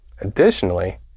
Additionally